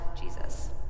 Jesus